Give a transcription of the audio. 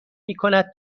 میکند